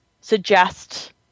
suggest